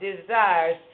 desires